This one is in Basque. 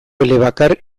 elebakar